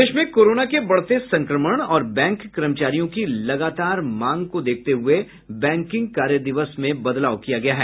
प्रदेश में कोरोना के बढ़ते संक्रमण और बैंक कर्मचारियों की लगातार मांगों को देखते हुये बैंकिंग कार्य दिवस में बदलाव किया गया है